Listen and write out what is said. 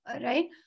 right